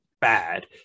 Bad